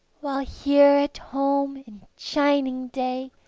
while here at home, in shining day,